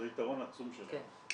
זה יתרון עצום שלהם,